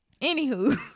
anywho